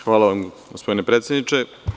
Hvala vam, gospodine predsedniče.